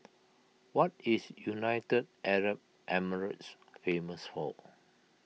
what is United Arab Emirates famous for